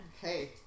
hey